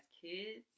kids